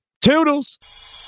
Toodles